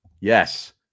Yes